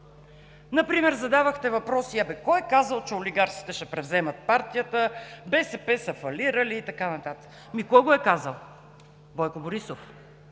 Например задавахте въпроси: кой е казал, че олигарсите ще превземат партията; БСП са фалирали и така нататък? Кой го е казал?! Бойко Борисов!